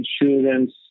insurance